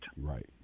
Right